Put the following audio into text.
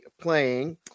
playing